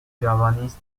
javanese